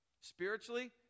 Spiritually